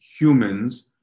humans